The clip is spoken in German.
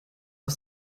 auf